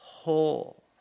whole